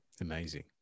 amazing